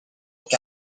look